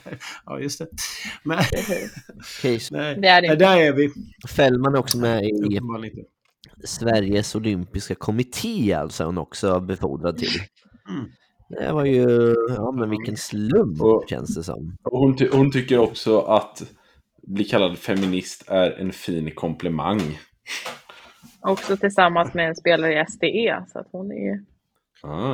Ja, just det. Men- Okej, så- Nej, Det är det. där är vi. Fällman är också med i Uppenbarligen inte. Sveriges Olympiska Kommitté, alltså, hon också har befordrat till. Mm. Det var ju- ja, men vilken slump, Och- känns det som. och hon ty- hon tycker också att bli kallad feminist är en fin komplimang. Också tillsammans med en spelare i SDE, så att hon är- Ah.